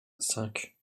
cinq